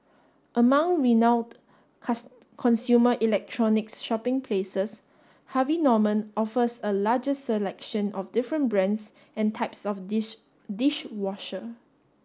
among renowned consumer electronics shopping places Harvey Norman offers a largest selection of different brands and types of dish dish washer